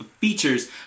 features